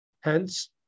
Hence